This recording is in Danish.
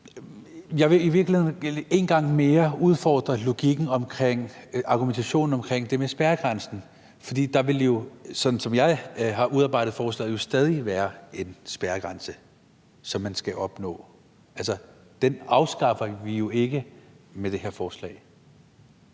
Jeg vil i virkeligheden en gang mere udfordre logikken i argumentationen om det med spærregrænsen, for der vil jo, sådan som jeg har udarbejdet forslaget, stadig være en spærregrænse, som man skal nå over. Altså, den afskaffer vi jo ikke med det her forslag.